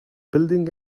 building